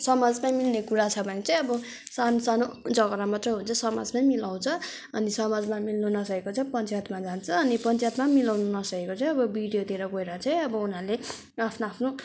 समाजमै मिल्ने कुरा छ भने चाहिँ अब सानो सानो झगडा मात्रै हो भने चाहिँ समाजमै मिलाउँछ अनि समाजमा मिल्नु नसकेको चाहिँ पञ्चायतमा लान्छ अनि पञ्चायतमा पनि मिलाउनु नसकेको चाहिँ अब बिडिओतिर गएर चाहिँ अब उनीहरूले आफ्नो आफ्नो